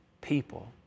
people